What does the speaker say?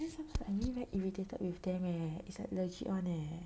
that's why I really very irritated with them leh it's like legit [one] leh